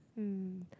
mm